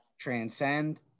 Transcend